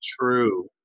True